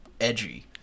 edgy